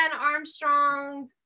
Armstrong